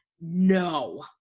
no